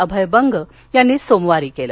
अभय बंग यांनी सोमवारी केलं